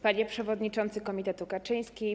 Panie Przewodniczący Komitetu Kaczyński!